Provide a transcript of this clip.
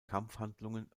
kampfhandlungen